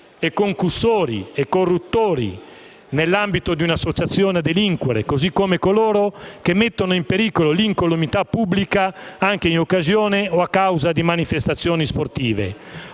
i corruttori e i concussori nell'ambito di una associazione a delinquere, così come coloro che mettono in pericolo l'incolumità pubblica, anche in occasione o a causa di manifestazioni sportive,